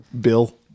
Bill